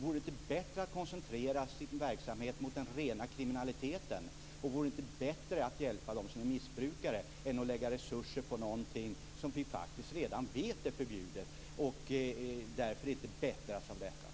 Vore det inte bättre att koncentrera sin verksamhet på den rena kriminaliteten, och vore det inte bättre att hjälpa dem som är missbrukare än att lägga resurser på någonting som folk faktiskt redan vet är förbjudet och där förhållandena därför inte förbättras av detta?